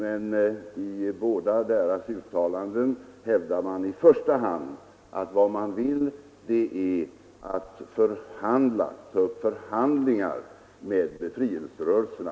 I båda de senare uttalandena hävdar man emellertid i första hand att vad man vill är att förhandlingar tas upp med befrielserörelserna.